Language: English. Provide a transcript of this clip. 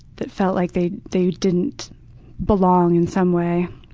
that felt like they they didn't belong in some way.